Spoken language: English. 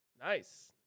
Nice